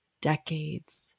decades